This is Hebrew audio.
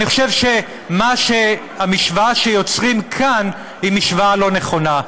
אני חושב שהמשוואה שיוצרים כאן היא משוואה לא נכונה.